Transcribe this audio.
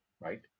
right